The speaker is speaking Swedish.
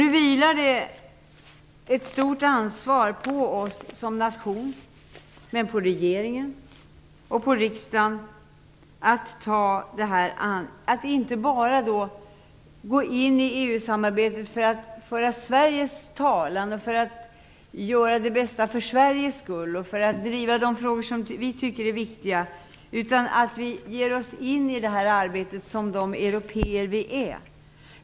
Nu vilar det ett stort ansvar på oss som nation, på regeringen och på riksdagen att inte bara gå in i EU samarbetet för att föra Sveriges talan, göra det som är bäst för Sverige och driva de frågor vi tycker är viktiga. Vi måste ge oss in i arbetet som de européer vi är.